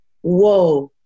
whoa